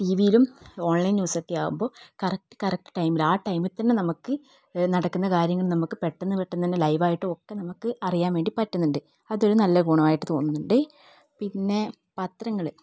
T വിയിലും online ന്യൂസൊക്കെ ആകുമ്പോൾ കറക്റ്റ് കറക്റ്റ് ടൈമിൽ ആ ടൈമിൽ തന്നെ നമുക്ക് നടക്കുന്ന കാര്യങ്ങൾ നമുക്ക് പെട്ടെന്ന് പെട്ടെന്ന് തന്നെ ലൈവ് ആയിട്ട് ഒക്കെ നമുക്ക് അറിയാൻ വേണ്ടി പറ്റുന്നുണ്ട് അതൊരു നല്ല ഗുണം ആയിട്ട് തോന്നുന്നുണ്ട് പിന്നെ പത്രങ്ങൾ